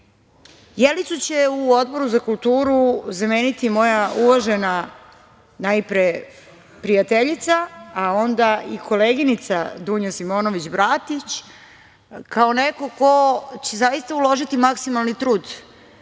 će u Odboru za kulturu zameniti moja uvažena, najpre prijateljica, a onda i koleginica Dunja Simonović Bratić, kao neko ko će zaista uložiti maksimalni trud